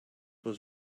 was